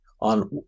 on